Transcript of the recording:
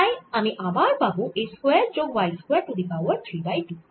তাই আমি আবার পাবো a স্কয়ার যোগ y square to the power 3 by 2